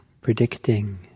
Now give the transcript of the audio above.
predicting